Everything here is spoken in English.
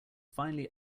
finally